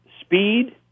speed